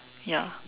ya